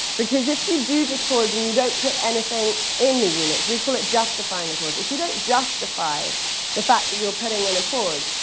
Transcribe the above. because if you do just pause and you don't put anything in the units we call it justifying the pause. if you don't justify the fact that you're putting in a pause,